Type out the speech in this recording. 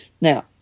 now